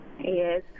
Yes